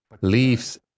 leaves